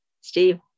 Steve